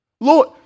Lord